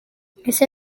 ese